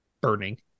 burning